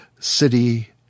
city